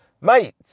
Mate